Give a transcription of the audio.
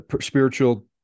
spiritual